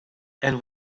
and